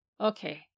Okay